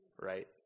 Right